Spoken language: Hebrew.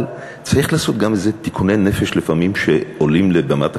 אבל צריך לעשות גם איזה תיקוני נפש לפעמים כשעולים לבמת הכנסת,